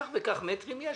כך וכך מטרים יש,